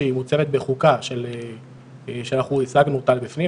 שהיא מוצגת בחוקה שאנחנו --- אותה לבפנים,